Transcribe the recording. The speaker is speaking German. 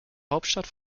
hauptstadt